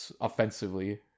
offensively